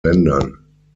ländern